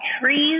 Trees